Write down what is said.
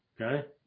okay